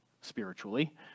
spiritually